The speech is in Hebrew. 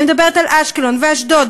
אני מדברת על אשקלון ועל אשדוד,